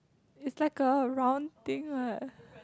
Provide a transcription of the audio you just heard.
is like a wrong thing